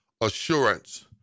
assurance